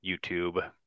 YouTube